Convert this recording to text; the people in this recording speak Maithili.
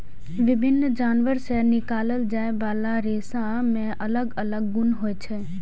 विभिन्न जानवर सं निकालल जाइ बला रेशा मे अलग अलग गुण होइ छै